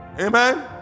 Amen